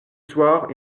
soir